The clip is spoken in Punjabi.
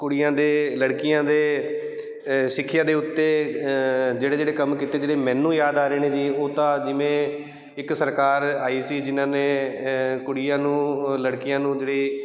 ਕੁੜੀਆਂ ਦੇ ਲੜਕੀਆਂ ਦੇ ਸਿੱਖਿਆ ਦੇ ਉੱਤੇ ਜਿਹੜੇ ਜਿਹੜੇ ਕੰਮ ਕੀਤੇ ਜਿਹੜੇ ਮੈਨੂੰ ਯਾਦ ਆ ਰਹੇ ਨੇ ਜੀ ਉਹ ਤਾਂ ਜਿਵੇਂ ਇੱਕ ਸਰਕਾਰ ਆਈ ਸੀ ਜਿਨ੍ਹਾਂ ਨੇ ਕੁੜੀਆਂ ਨੂੰ ਲੜਕੀਆਂ ਨੂੰ ਜਿਹੜੀ